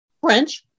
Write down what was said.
French